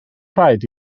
rhaid